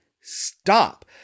stop